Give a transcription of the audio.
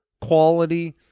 quality